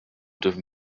dürfen